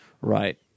Right